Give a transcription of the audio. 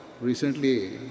recently